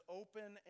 open